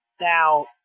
Now